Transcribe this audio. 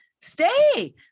stay